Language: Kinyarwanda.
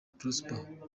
prosper